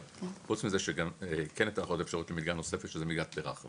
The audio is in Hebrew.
חוץ מזה שגם כן הייתה לך עוד אפשרות למלגת נוספת שזו מלגת פר"ח,